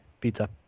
Pizza